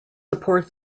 support